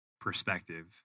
perspective